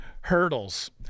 Hurdles